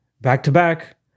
back-to-back